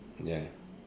ya